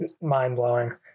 mind-blowing